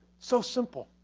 so simple,